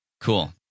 Cool